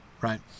right